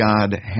God